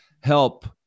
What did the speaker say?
help